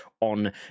on